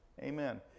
amen